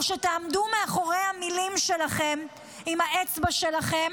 או שתעמדו מאחורי המילים שלכם עם האצבע שלכם